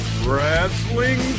wrestling